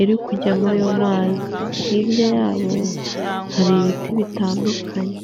irikujyamo ayo mazi. Hirya yabo hari ibiti bitandukanye.